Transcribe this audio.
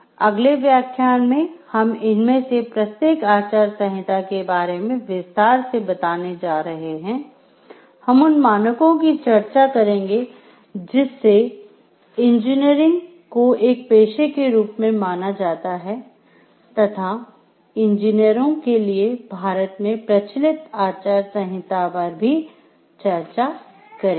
अगले व्याख्यान में हम इनमें से प्रत्येक आचार संहिता के बारे में विस्तार से बताने जा रहे हैं हम उन मानकों की चर्चा करेंगे जिससे इंजीनियरिंग को एक पेशे के रूप में माना जाता है तथा इंजीनियरों के लिए भारत में प्रचलित आचार संहिता पर भी चर्चा करेंगे